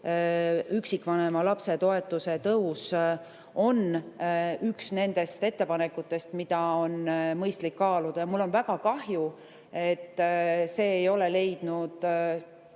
üksikvanema lapse toetuse tõus on üks nendest ettepanekutest, mida on mõistlik kaaluda. Mul on väga kahju, et see ei ole leidnud